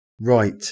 right